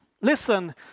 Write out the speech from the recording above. Listen